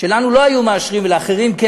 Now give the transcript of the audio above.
שלנו לא היו מאשרים ולאחרים כן.